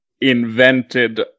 invented